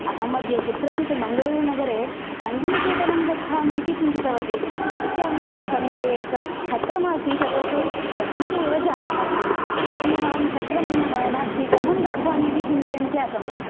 अहं अद्य कुत्रचित् मङ्गलूरुनगरे सङ्घनिकेतनं गच्छामि इति चिन्ततवती पश्यामि मम समीपे यद् छत्रम् आसीत् तद् तु भग्नम् एव जातम् अस्ति इदानीम् अहं छत्रं न नास्ति कथं गच्छामि इति चिन्तयन्ती आसं